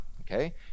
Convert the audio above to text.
okay